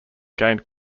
gained